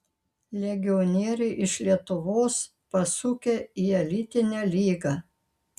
legionieriai iš lietuvos pasukę į elitinę lygą